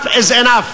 enough is enough.